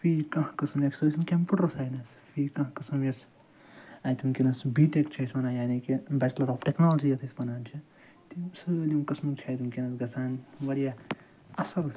فی کانٛہہ قٕسم یا سُہ ٲسِنۍ کمپیوٹَر ساینَس فی کانٛہہ قٕسم یُس اَتہِ وٕنۍکٮ۪نَس بی ٹیٚک چھُ أسۍ ونان یعنی کہِ بیچلَر آف ٹیٚکنالجی یتھ أسۍ ونان چھِ تِم سٲلِم قٕسمٕکۍ چھِ اَتہِ وٕنۍکٮ۪نَس گَژھان واریاہ اصٕل